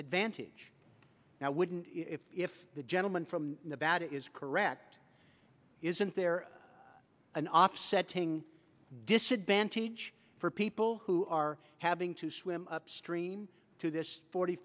advantage now wouldn't it if the gentleman from nevada is correct isn't there an offsetting disadvantage for people who are having to swim upstream to this forty